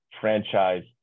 franchise